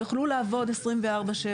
שיוכלו לעבוד 24/7,